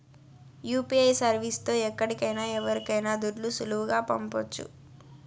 UPI service తో ఎక్కడికైనా ఎవరికైనా దుడ్లు సులువుగా పంపొచ్చు